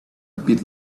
bit